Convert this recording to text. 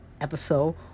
episode